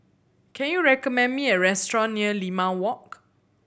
can you recommend me a restaurant near Limau Walk